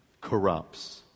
corrupts